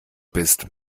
bist